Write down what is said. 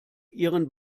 ihren